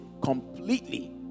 completely